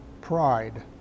pride